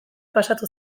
pasatu